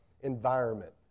environment